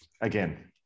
Again